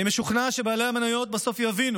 אני משוכנע שבעלי המניות בסוף יבינו